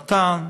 נט"ן,